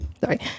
sorry